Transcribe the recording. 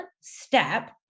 step